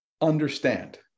understand